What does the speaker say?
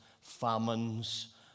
famines